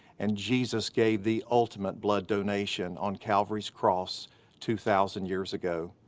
and jesus gave the ultimate blood donation on calvary's cross two thousand years ago.